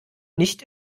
nicht